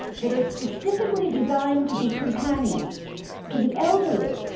that are specifically designed to be companions to the elderly,